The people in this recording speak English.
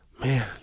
man